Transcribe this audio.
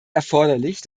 erforderlich